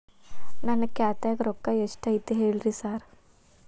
ನನ್ ಖಾತ್ಯಾಗ ರೊಕ್ಕಾ ಎಷ್ಟ್ ಐತಿ ಹೇಳ್ರಿ ಸಾರ್?